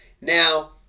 Now